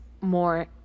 more